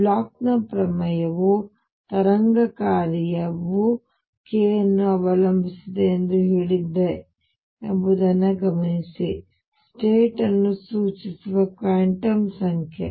Bloch ನ ಪ್ರಮೇಯವು ತರಂಗ ಕಾರ್ಯವು k ಯನ್ನು ಅವಲಂಬಿಸಿದೆ ಎಂದು ಹೇಳಿದೆ ಎಂಬುದನ್ನು ಗಮನಿಸಿ ಇದು ಸ್ಟೇಟ್ ಅನ್ನು ಸೂಚಿಸುವ ಕ್ವಾಂಟಮ್ ಸಂಖ್ಯೆ